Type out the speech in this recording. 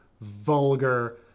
vulgar